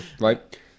right